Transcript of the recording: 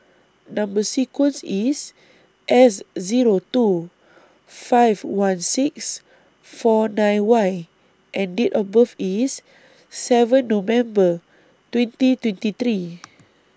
Number sequence IS S Zero two five one six four nine Y and Date of birth IS seven November twenty twenty three